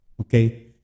Okay